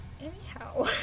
Anyhow